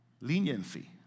leniency